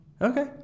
Okay